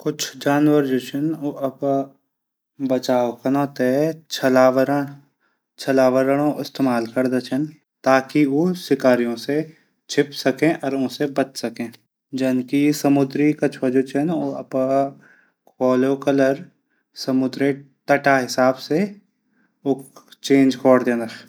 कुछ जानवर जू छन। अपडु बचाव कन तै छलावरण इस्तेमाल करदा छन। ताकी ऊ शिकारियों से छिप सकदा छन। बच सकदा छन। जनकी समुद्री कछुआ जू छन होलो कलर समुद्री तटा हिसाब से चेंज कौर दिंदान।